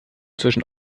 zwischen